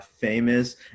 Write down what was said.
famous